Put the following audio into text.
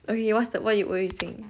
okay what's the what were you saying